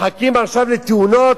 מחכים עכשיו לתאונות?